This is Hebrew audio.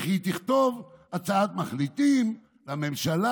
וכי היא תכתוב הצעת מחליטים לממשלה.